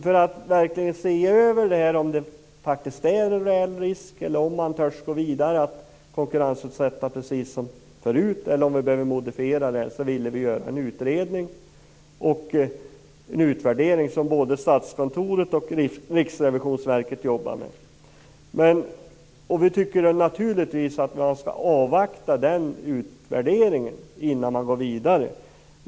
För att verkligen se över om det faktiskt finns en reell risk, om man törs gå vidare och konkurrensutsätta precis som förut eller om vi behöver modifiera detta, ville vi göra en utredning och en utvärdering. Både Statskontoret och Riksrevisionsverket jobbar med detta nu. Vi tycker naturligtvis att man skall avvakta den utvärderingen innan man går vidare.